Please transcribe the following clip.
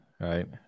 right